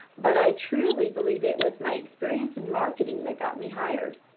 but i truly believe it was my experience in marketing that got me hired.